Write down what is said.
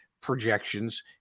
projections